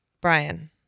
Brian